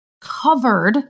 covered